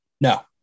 No